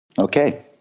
okay